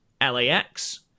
LAX